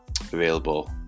Available